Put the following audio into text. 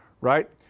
right